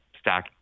stack